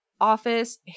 office